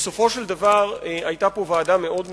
בסופו של דבר היתה פה ועדה מאוד מצומצמת: